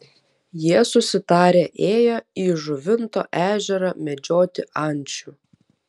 jie susitarę ėjo į žuvinto ežerą medžioti ančių